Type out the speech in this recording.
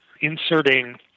inserting